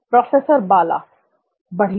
professor Bala बढ़िया